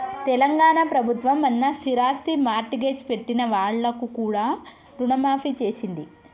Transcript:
తెలంగాణ ప్రభుత్వం మొన్న స్థిరాస్తి మార్ట్గేజ్ పెట్టిన వాళ్లకు కూడా రుణమాఫీ చేసింది